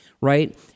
right